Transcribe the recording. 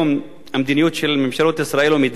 המדיניות של ממשלות ישראל ומדינת ישראל